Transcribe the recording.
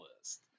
list